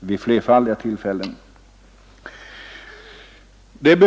vid flerfaldiga tillfällen påtalat dem.